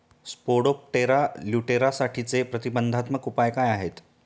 Spodoptera लिट्युरासाठीचे प्रतिबंधात्मक उपाय काय आहेत?